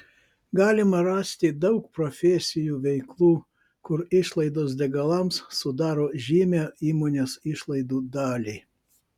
galima rasti daug profesijų veiklų kur išlaidos degalams sudaro žymią įmonės išlaidų dalį